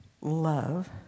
love